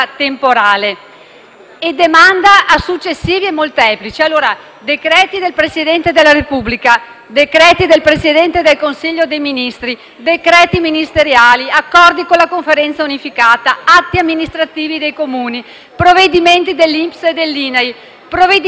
e demanda a successivi e molteplici atti: decreti del Presidente della Repubblica, decreti del Presidente del Consiglio dei ministri, decreti ministeriali, accordi con la Conferenza unificata, atti amministrativi dei Comuni, provvedimenti dell'INPS, dell'INAIL e dell'Agenzia